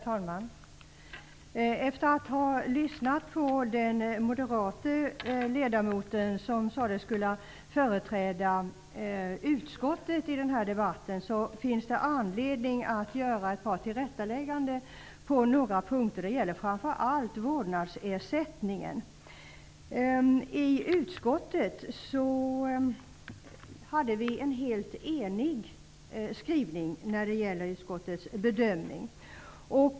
Herr talman! Efter att ha lyssnat på den moderate ledamoten, som sägs företräda utskottet i den här debatten, finns det anledning för mig att göra ett par tillrättalägganden på några punkter. Det gäller framför allt vårdnadsersättningen. I utskottet hade vi en helt enig skrivning när det gäller utskottets bedömning.